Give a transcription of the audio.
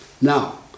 Now